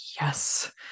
yes